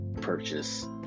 purchase